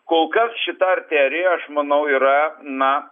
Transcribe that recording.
kol kas šita arterija aš manau yra na